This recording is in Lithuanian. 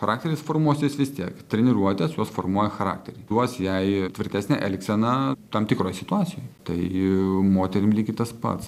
charakteris formuosis vis tiek treniruotės jos formuoja charakterį duos jei tvirtesnę elgseną tam tikroj situacijoj tai moterim lygiai tas pats